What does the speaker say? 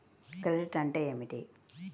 Credit అంటే ఏమిటి?